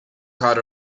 caught